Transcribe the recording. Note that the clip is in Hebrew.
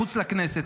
מחוץ לכנסת,